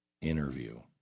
interview